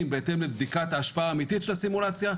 בהתאם לבדיקת ההשפעה אמיתית של הסימולציה,